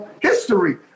history